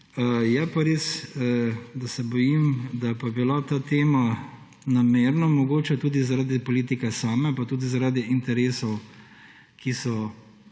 Je pa res, da se bojim, da je pa bila ta tema namerno, mogoče tudi zaradi politike same, pa tudi zaradi interesov, ki so